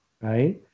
right